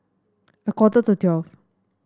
a quarter to twelve